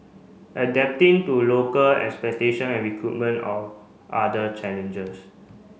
adapting to local expectation and recruitment or other challenges